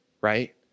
right